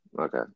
Okay